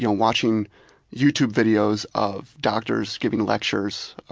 you know watching youtube videos of doctors giving lectures,